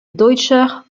deutscher